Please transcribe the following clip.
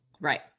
Right